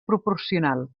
proporcional